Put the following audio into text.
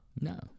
No